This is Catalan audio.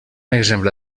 exemple